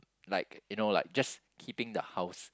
like you know like just keeping the house